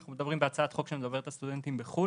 אנחנו מדברים על הצעת חוק שמדברת על סטודנטים בחו"ל,